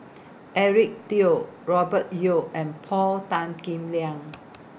Eric Teo Robert Yeo and Paul Tan Kim Liang